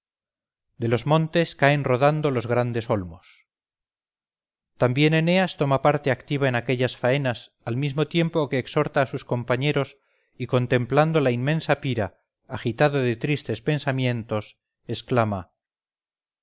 de los montes caen rodando los grandes olmos también eneas toma parte activa en aquellas faenas al mismo tiempo que exhorta a sus compañeros y contemplando la inmensa pira agitado de tristes pensamientos exclama